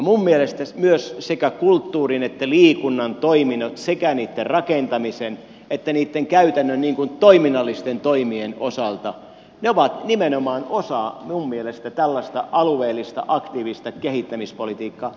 minun mielestäni myös sekä kulttuurin että liikunnan toiminnot sekä niitten rakentamisen että niitten käytännön toiminnallisten toimien osalta ovat nimenomaan osa tällaista alueellista aktiivista kehittämispolitiikkaa